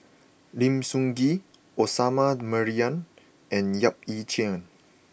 Lim Sun Gee Osman Merican and Yap Ee Chian